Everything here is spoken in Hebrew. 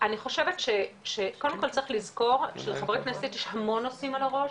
אני חושבת שקודם כל צריך לזכור שחברי כנסת יש המון נושאים על הראש,